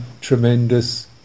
tremendous